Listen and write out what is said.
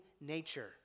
nature